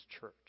church